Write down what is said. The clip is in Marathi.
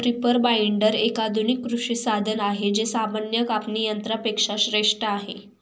रीपर बाईंडर, एक आधुनिक कृषी साधन आहे जे सामान्य कापणी यंत्रा पेक्षा श्रेष्ठ आहे